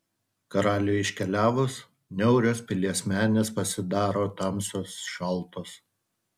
karaliui iškeliavus niaurios pilies menės pasidaro tamsios šaltos